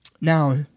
Now